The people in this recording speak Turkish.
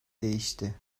değişti